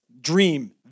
dream